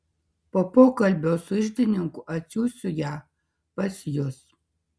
po pokalbio su iždininku atsiųsiu ją pas jus